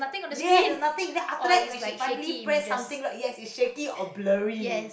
yes is nothing then after that when she finally press something lor yes is shaking or blurry